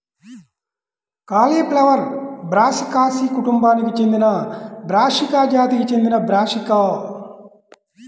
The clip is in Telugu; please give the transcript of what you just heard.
కాలీఫ్లవర్ బ్రాసికాసి కుటుంబానికి చెందినబ్రాసికా జాతికి చెందినబ్రాసికా